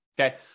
Okay